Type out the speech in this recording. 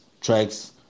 tracks